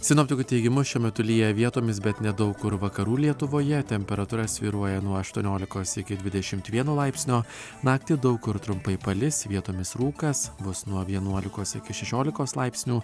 sinoptikų teigimu šiuo metu lyja vietomis bet nedaug kur vakarų lietuvoje temperatūra svyruoja nuo aštuoniolikos iki dvidešimt vieno laipsnio naktį daug kur trumpai palis vietomis rūkas bus nuo vienuolikos iki šešiolikos laipsnių